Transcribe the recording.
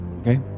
okay